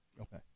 Okay